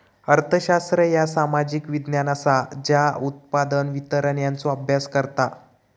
अर्थशास्त्र ह्या सामाजिक विज्ञान असा ज्या उत्पादन, वितरण यांचो अभ्यास करता